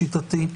לשיטתי,